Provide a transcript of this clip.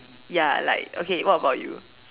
ya like okay what about you